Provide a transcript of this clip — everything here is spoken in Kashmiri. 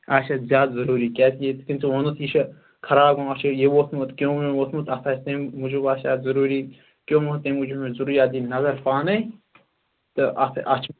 آسہِ اَتھ زیادٕ ضروٗری کیازِ کہِ یِتھ کٔنۍ ژےٚ وونُتھ یہِ چھ خراب گومُت اَتھ چھُ یہِ ووتھمُت کِیوٚم وِیوٚم ووتھمُت اَتھ آسہِ تَمہِ موٗجوٗب آسہِ اَتھ ضروٗری کیوٚم تَمہِ موٗجوٗب چھِ مےٚ ضروٗری اَتھ دِنۍ نظر پانے تہٕ اتھ چھِ